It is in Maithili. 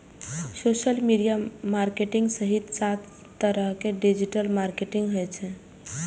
सोशल मीडिया मार्केटिंग सहित सात तरहक डिजिटल मार्केटिंग होइ छै